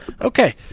Okay